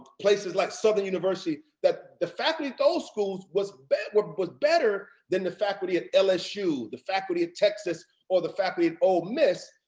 places like southern university, that the faculty at those schools was better was better than the faculty at lsu, the faculty of texas or the faculty of ole miss.